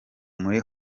muri